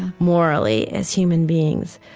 morally, as human beings,